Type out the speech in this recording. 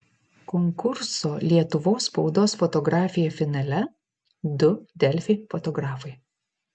konkurso lietuvos spaudos fotografija finale du delfi fotografai